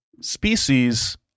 species